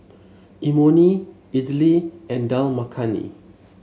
Imoni Idili and Dal Makhani